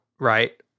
right